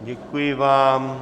Děkuji vám.